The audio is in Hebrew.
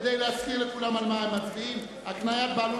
כדי להזכיר לכולם על מה הם מצביעים: "הקניית בעלות